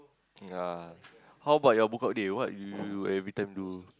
ya how about your book out a day what do you every time do